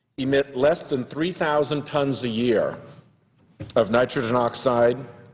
emit less than three thousand tons a year of nitrogen oxide,